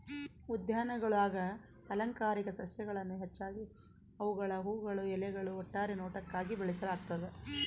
ಉದ್ಯಾನಗುಳಾಗ ಅಲಂಕಾರಿಕ ಸಸ್ಯಗಳನ್ನು ಹೆಚ್ಚಾಗಿ ಅವುಗಳ ಹೂವುಗಳು ಎಲೆಗಳು ಒಟ್ಟಾರೆ ನೋಟಕ್ಕಾಗಿ ಬೆಳೆಸಲಾಗ್ತದ